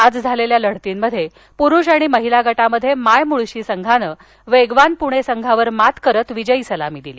आज झालेल्या लढतींमध्ये प्रुष आणि महीला गटांत माय मुळशी संघानं वेगवान पुणे संघावर मात करत विजयी सलामी दिली